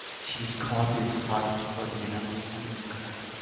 she's caught his heart's blood in a golden cup,